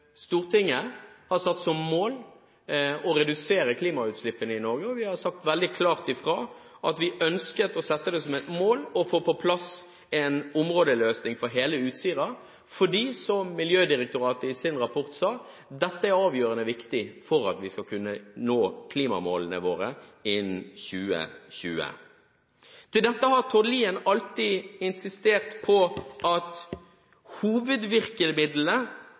Stortinget har satt som mål å redusere klimautslippene i Norge. Vi har sagt veldig klart fra at vi ønsket å sette det som et mål å få på plass en områdeløsning for hele Utsira, fordi – som Miljødirektoratet sa i sin rapport – dette er avgjørende viktig for at vi skal kunne nå klimamålene våre innen 2020. Til dette har Tord Lien alltid insistert på at hovedvirkemidlene